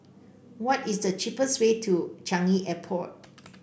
what is the cheapest way to Changi Airport